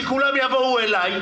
שכולם יבואו אלי.